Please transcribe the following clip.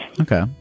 Okay